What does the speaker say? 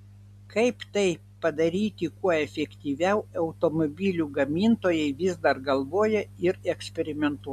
kaip tai padaryti kuo efektyviau automobilių gamintojai vis dar galvoja ir eksperimentuoja